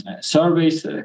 surveys